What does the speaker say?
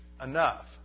enough